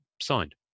signed